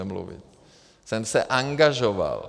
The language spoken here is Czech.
Já jsem se angažoval.